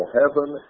heaven